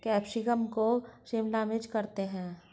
capsicum को शिमला मिर्च करते हैं